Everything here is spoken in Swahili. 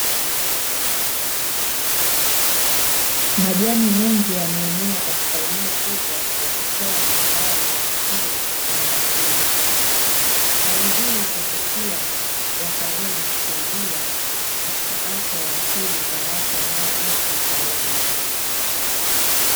Majani mengi yameenea katika eneo kubwa yakitoa mandhari ya asili yenye utulivu. Hali hii huvutia watalii na kusaidia katika afya ya akili za watu wanaoishi karibu.